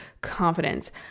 confidence